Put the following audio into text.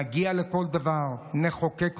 נגיע לכל דבר, נחוקק חוקים,